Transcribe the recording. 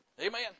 Amen